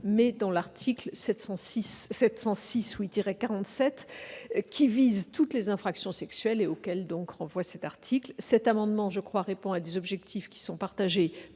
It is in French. mais dans l'article 706-47 qui vise toutes les infractions sexuelles et auquel renvoie cet article. Je crois que cet amendement répond à des objectifs qui sont partagés